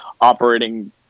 operating